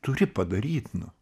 turi padaryt nu